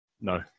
No